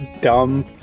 dumb